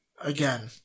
Again